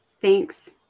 Thanks